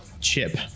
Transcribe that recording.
Chip